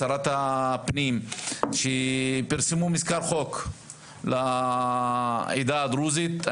שרת הפנים שפרסמו מזכר חוק לעדה הדרוזית.